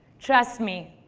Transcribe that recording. trust me.